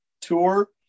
tour